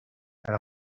elle